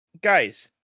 guys